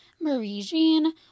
Marie-Jean